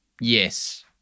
yes